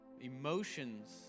emotions